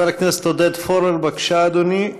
חבר הכנסת עודד פורר, בבקשה, אדוני.